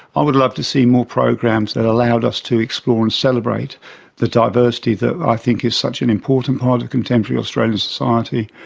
i would love to see more programs that allowed us to explore and celebrate the diversity that i think is such an important part of contemporary australian society,